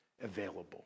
available